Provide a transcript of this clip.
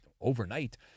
overnight